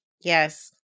Yes